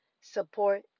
support